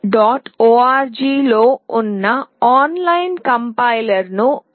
org లో ఉన్న online compiler ను ఉపయోగిస్తాము